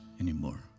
anymore